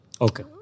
Okay